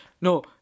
no